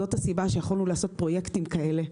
זאת הסיבה שיכולנו לעשות פרויקטים כאלה.